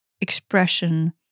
expression